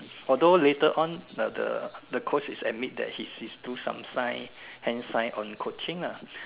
although later on the the the Coach is admit that he his do some sign hand sign on coaching lah